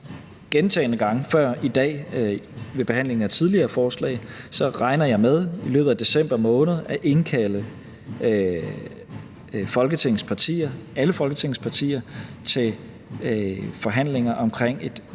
gentagne gange – i dag ved behandlingen af tidligere forslag, regner jeg med i løbet af december måned at indkalde alle Folketingets partier til forhandlinger om et